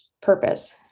purpose